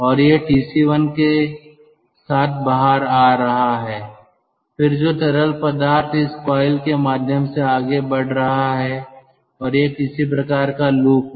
और यह TC1 के साथ बाहर आ रहा है फिर जो तरल पदार्थ इस कॉइल के माध्यम से आगे बढ़ रहा है और यह किसी प्रकार का लूप है